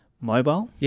mobile